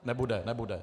Nebude, nebude.